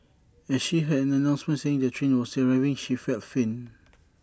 as she heard an announcement saying the train was arriving she felt faint